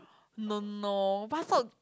no no white socks